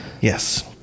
Yes